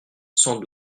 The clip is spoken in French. sans